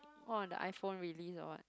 one of the iPhone release or what